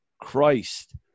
Christ